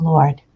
Lord